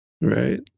right